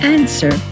Answer